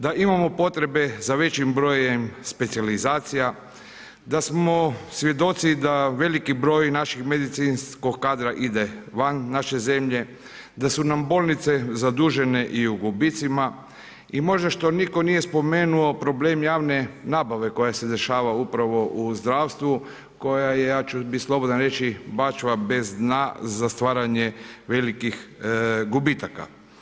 Da imamo potrebe za većim specijalizacija, da smo svjedoci da veliki broj naših medicinskog kadra ide van naše zemlje, da su nam bolnice zadužene i u gubicima i možda što nitko nije spomenuo problem javne nabave koja se dešava upravo u zdravstvu, koja je, ja ću biti slobodan reći bačva bez dna za stvaranje velikih gubitaka.